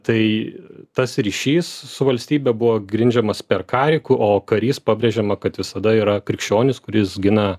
tai tas ryšys su valstybe buvo grindžiamas per karį ku o karys pabrėžiama kad visada yra krikščionis kuris gina